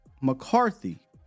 McCarthy